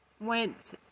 went